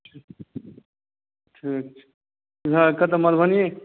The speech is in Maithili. कथी कथी लेबय ठीक छै इएह कतऽ मधुबनिये